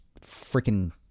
freaking